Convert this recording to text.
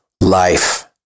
life